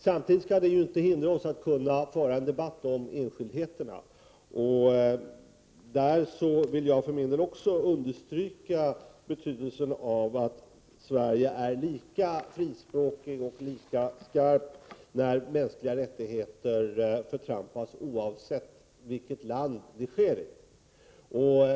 Samtidigt skall det inte hindra oss från att föra en debatt om enskildheterna, och jag vill framhålla betydelsen av att Sverige är lika frispråkigt och lika skarpt när mänskliga rättigheter förtrampas oavsett i vilket land detta sker.